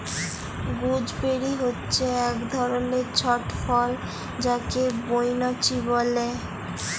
gooseberry হচ্যে এক ধরলের ছট ফল যাকে বৈনচি ব্যলে